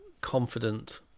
confident